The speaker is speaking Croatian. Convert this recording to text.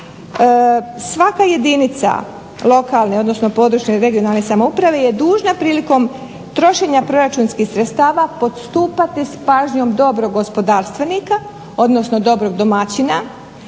svaka jedinica lokalne, odnosno područne i regionalne samouprave je dužna prilikom trošenja proračunskih sredstava postupati s pažnjom dobrog gospodarstvenika, odnosno dobrog domaćina